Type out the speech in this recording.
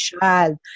child